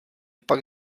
pak